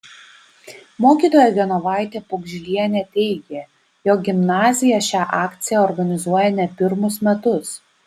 mokytoja genovaitė pugžlienė teigė jog gimnazija šią akciją organizuoja ne pirmus metus